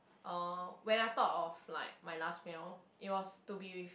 uh when I thought of like my last meal it was to be with